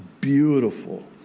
beautiful